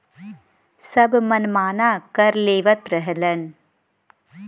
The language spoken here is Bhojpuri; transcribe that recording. सब मनमाना कर लेवत रहलन